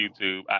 YouTube